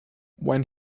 when